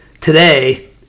today